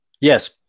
yes